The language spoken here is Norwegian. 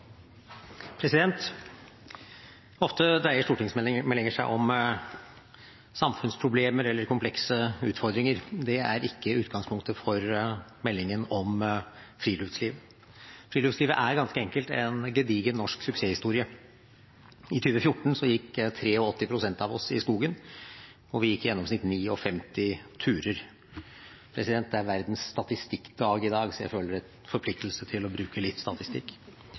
ikke utgangspunktet for meldingen om friluftsliv. Friluftslivet er ganske enkelt en gedigen norsk suksesshistorie. I 2014 gikk 83 pst. av oss i skogen, og vi gikk i gjennomsnitt 59 turer. Det er Verdens statistikkdag i dag, så jeg føler en forpliktelse til å bruke litt statistikk.